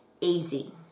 easy